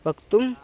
वक्तुम्